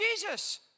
Jesus